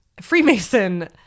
Freemason